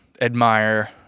admire